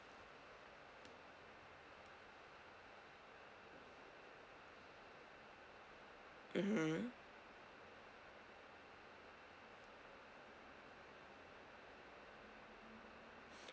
mmhmm